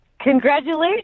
Congratulations